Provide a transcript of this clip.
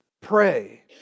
Pray